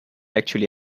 actually